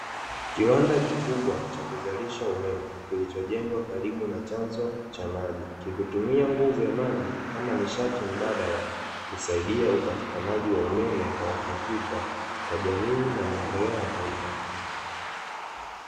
Kiwanda kikubwa cha kuzalisha umeme, kilichojengwa karibu na chanzo cha maji. Kikitumia nguvu ya maji kama nishati mbadala kusaidia upatikanaji wa umeme wa uhakika, kwa jamii na maendeleo ya taifa.